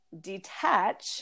detach